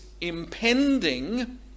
impending